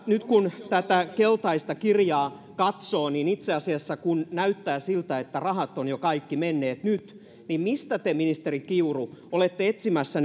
nyt kun tätä keltaista kirjaa katsoo niin itse asiassa näyttää siltä että kaikki rahat ovat jo menneet mistä te ministeri kiuru olette etsimässä